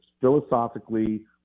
philosophically